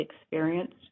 experienced